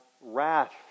wrath